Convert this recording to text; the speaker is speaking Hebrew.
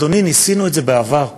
אדוני, ניסינו את זה בעבר.